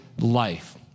life